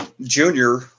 junior